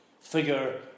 figure